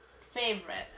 favorite